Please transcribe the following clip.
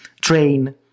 train